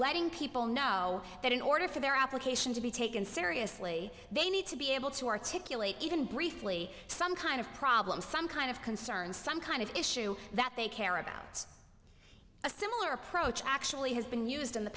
letting people know that in order for their application to be taken seriously they need to be able to articulate even briefly some kind of problem some kind of concern some kind of issue that they care about it's a similar approach actually has been used in the